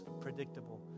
predictable